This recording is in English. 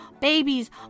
babies